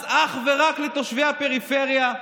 מס אך ורק על תושבי הפריפריה?